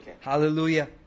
Hallelujah